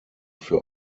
für